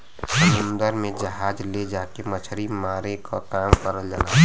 समुन्दर में जहाज ले जाके मछरी मारे क काम करल जाला